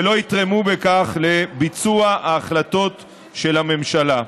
ולא יתרמו בכך לביצוע ההחלטות של הממשלה.